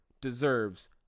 deserves